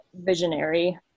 visionary